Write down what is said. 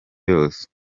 yose